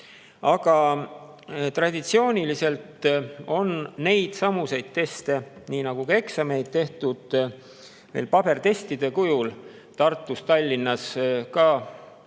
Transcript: Traditsiooniliselt on neidsamuseid teste, nii nagu ka eksameid tehtud pabertestide kujul. Tartus ja Tallinnas ka, võib